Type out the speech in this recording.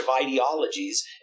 ideologies